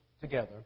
together